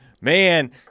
man